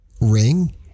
ring